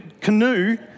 canoe